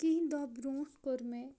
کینٛہہ دۄہہ برونٛٹھ کوٚر مےٚ